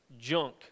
junk